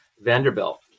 vanderbilt